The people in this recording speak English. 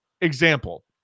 example